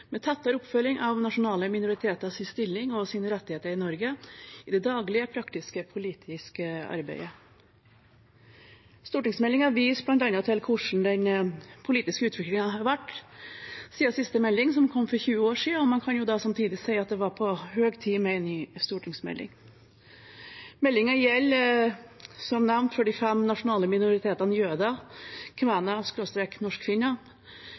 med tettere oppfølging av nasjonale minoriteters stilling og rettigheter i Norge i det daglige praktiske politiske arbeidet. Stortingsmeldingen viser bl.a. til hvordan den politiske utviklingen har vært siden siste melding, som kom for 20 år siden, og man kan samtidig si at det var på høy tid med en ny stortingsmelding. Meldingen gjelder, som nevnt, for de fem nasjonale minoritetene